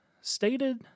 stated